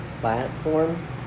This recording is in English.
platform